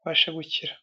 babashe gukira.